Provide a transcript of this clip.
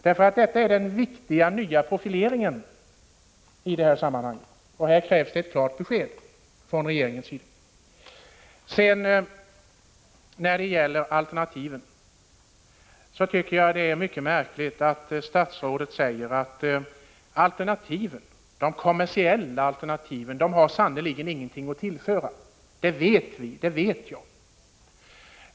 Vad jag syftar på är den viktiga nya profileringen i detta sammanhang, och här krävs ett klart besked från regeringens sida. När det gäller alternativen är det mycket märkligt att statsrådet säger att de kommersiella alternativen sannerligen inte har någonting att tillföra samt understryker: Jag vet att de inte har det.